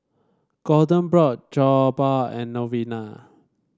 Gorden brought Jokbal and Novella